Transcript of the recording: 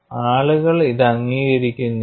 ആളുകൾ ഇത് അംഗീകരിക്കുന്നില്ല